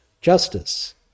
justice